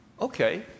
Okay